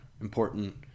important